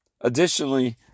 Additionally